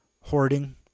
hoarding